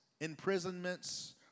imprisonments